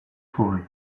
fauré